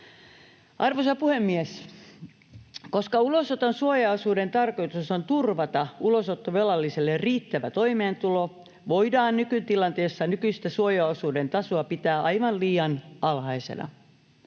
Arvoisa puhemies! Koska ulosoton suojaosuuden tarkoitus on turvata ulosottovelalliselle riittävä toimeentulo, voidaan nykytilanteessa nykyistä suojaosuuden tasoa pitää aivan liian alhaisena.